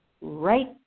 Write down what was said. right